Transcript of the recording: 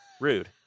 rude